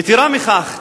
יתירה מכך,